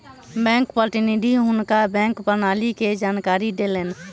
bank प्रतिनिधि हुनका bank प्रणाली के जानकारी देलैन